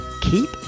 Keep